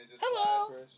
Hello